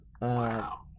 Wow